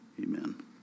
amen